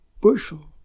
bushel